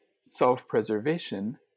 self-preservation